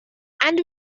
and